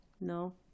No